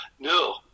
No